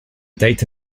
data